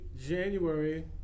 January